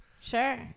Sure